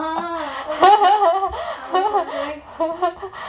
ah oh my god I was wondering